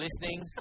listening